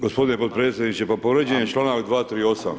g. potpredsjedniče, pa povrijeđen je čl. 238.